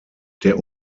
der